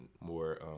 more